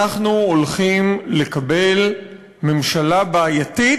אנחנו הולכים לקבל ממשלה בעייתית,